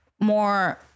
more